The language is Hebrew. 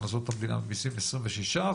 הכנסות המדינה ממסים 26%,